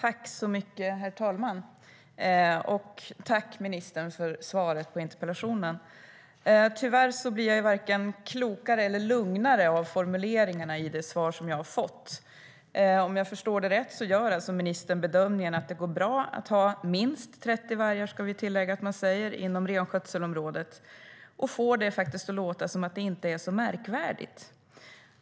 Herr talman! Tack, ministern, för svaret på interpellationen! Tyvärr blir jag varken klokare eller lugnare av formuleringarna i svaret. Om jag förstår det rätt gör ministern alltså bedömningen att det går bra att ha minst 30 vargar inom renskötselområdet och får det att låta som att det inte är så märkvärdigt.